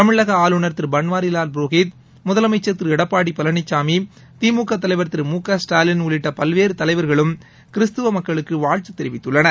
தமிழக ஆளுநர் திரு பன்வாரிலால் புரோஹித் முதலமைச்சள் திரு எடப்பாடி பழனிசாமி திமுக தலைவர் திரு மு க ஸ்டாலின் உள்ளிட்ட பல்வேறு தலைவர்களும் கிறிஸ்தவ மக்களுக்கு வாழ்த்து தெரிவித்துள்ளனர்